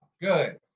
good